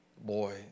boy